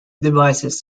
devices